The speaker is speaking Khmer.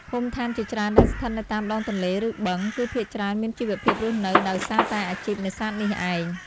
ភូមិឋានជាច្រើនដែលស្ថិតនៅតាមដងទន្លេ ឬបឹង គឺភាគច្រើនមានជីវភាពរស់នៅដោយសារតែអាជីពនេសាទនេះឯង។